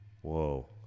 Whoa